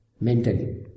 mentally